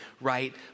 right